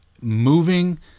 moving